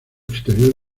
exterior